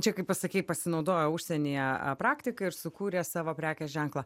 čia kaip pasakei pasinaudojo užsienyje praktika ir sukūrė savo prekės ženklą